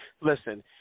listen